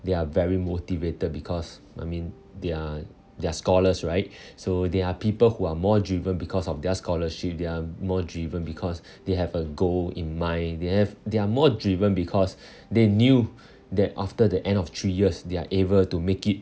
they are very motivated because I mean they're they're scholars right so there are people who are more driven because of their scholarship they're more driven because they have a goal in mind they have they are more driven because they knew that after the end of three years they're able to make it